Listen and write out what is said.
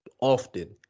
often